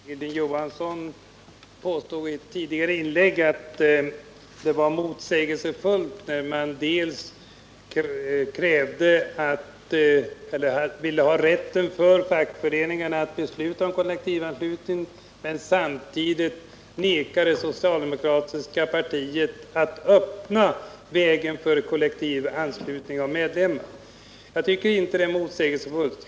Herr talman! Hilding Johansson påstod i ett tidigare inlägg att det var motsägelsefullt att medge fackföreningarna rätt att besluta om kollektiv anslutning men samtidigt neka det socialdemokratiska partiet att öppna vägen för kollektivanslutning av medlemmar. Jag tycker inte att detta är något motsägelsefullt.